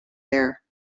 there